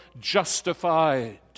justified